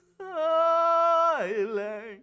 silent